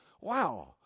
Wow